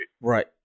Right